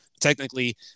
technically